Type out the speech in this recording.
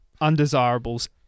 undesirables